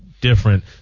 different